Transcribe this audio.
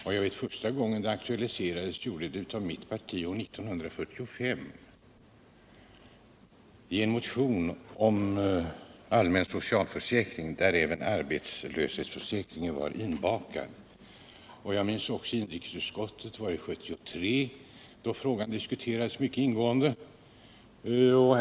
Jag vet att första gången den aktualiserades gjordes detta av mitt parti 1946 i en motion om allmän socialförsäkring, där även arbetslöshetsförsäkringen var inbakad. Jag minns också att frågan diskuterades mycket ingående i inrikesutskottet 1973.